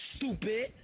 Stupid